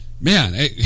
man